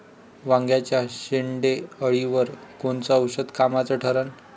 वांग्याच्या शेंडेअळीवर कोनचं औषध कामाचं ठरन?